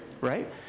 Right